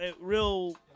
real